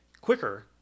quicker